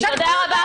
תשתפו אותנו.